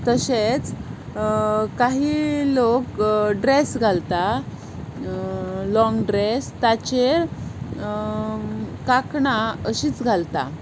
तशेंच कांय लोक ड्रॅस घालता लाँग ड्रॅस ताचेर कांकणां अशींच घालता